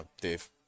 Dave